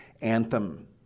anthem